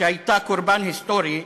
שהייתה קורבן היסטורי,